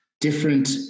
different